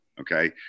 Okay